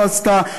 לא עשתה,